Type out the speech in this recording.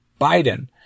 Biden